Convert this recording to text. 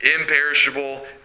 imperishable